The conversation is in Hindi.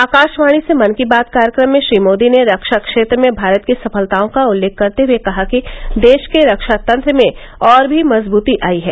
आकाशवाणी से मन की बात कार्यक्रम में श्री मोदी ने रक्षा क्षेत्र में भारत की सफलताओं का उल्लेख करते हए कहा कि देश के रक्षा तंत्र में और भी मजबुती आई है